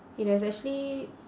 it has actually